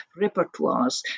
repertoires